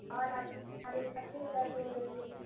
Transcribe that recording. اور اب ہمارے سر میں درد ہو رہی ہے